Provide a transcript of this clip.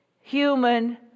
human